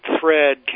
thread